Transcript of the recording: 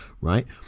Right